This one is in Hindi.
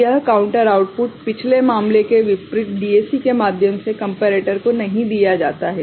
तो यह काउंटर आउटपुट पिछले मामले के विपरीत DAC के माध्यम से कंपेरेटर को नहीं दिया जाता है